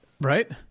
Right